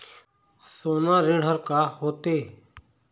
सोना ऋण हा का होते?